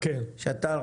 כי יש פה,